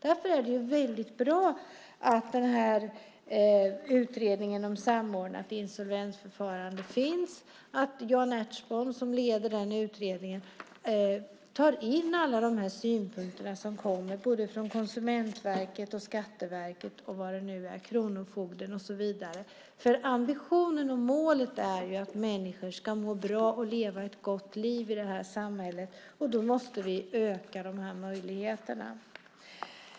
Det är därför väldigt bra att utredningen om ett samlat insolvensförfarande finns och att Jan Ertsborn som leder den utredningen tar in alla synpunkter som kommer från Konsumentverket, Skatteverket, Kronofogdemyndigheten och så vidare. Ambitionen och målet är att människor ska må bra och leva ett gott liv i samhället. Då måste vi öka möjligheterna till det.